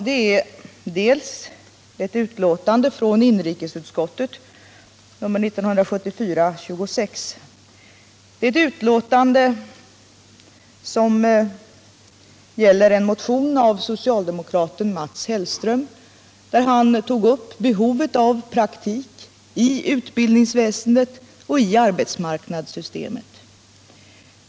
Det är först ett uttalande i inrikesutskottets betänkande nr 1974:26 som gällde en motion av socialdemokraten Mats Hellström, i vilken han tog upp behovet av praktik i utbildningsväsendet och i arbetsmarknadssystemet.